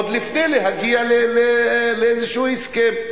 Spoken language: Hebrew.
עוד לפני שיגיעו לאיזה הסכם.